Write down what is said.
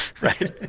Right